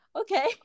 okay